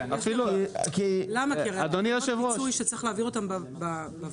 כי תקנות הפיצוי שצריך להעביר אותן בוועדה,